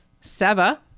Seba